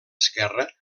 esquerra